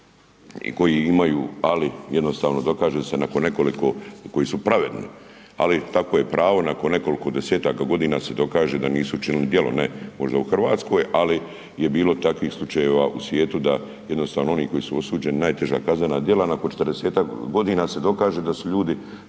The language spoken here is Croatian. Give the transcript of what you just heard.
koji imaju ali jednostavno dokaže se nakon nekoliko koji su pravedni ali takvo je pravo, nakon nekoliko desetaka godina se dokaže da nisu učinili djelo, ne možda u Hrvatskoj ali je bilo takvih slučajeva u svijetu da jednostavno oni koji su osuđeni, najteža kaznena djela, nakon 40-ak godina se dokaže da su ljudi